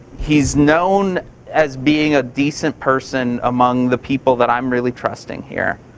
he's known as being a decent person among the people that i'm really trusting here.